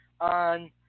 on